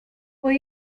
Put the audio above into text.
will